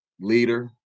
leader